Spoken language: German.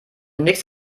nichts